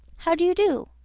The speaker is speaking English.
how do you do?